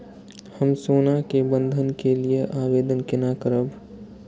हम सोना के बंधन के लियै आवेदन केना करब?